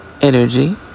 Energy